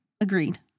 Agreed